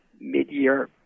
mid-year